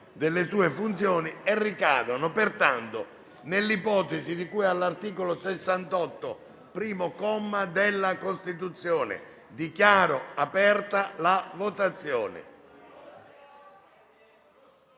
delle sue funzioni e ricadono pertanto nell'ipotesi di cui all'articolo 68, primo comma, della Costituzione. Chiedo al relatore,